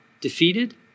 defeated